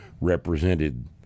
represented